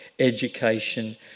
education